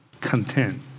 content